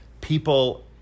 people